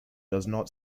not